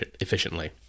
efficiently